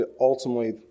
ultimately